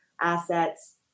assets